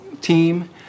team